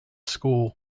school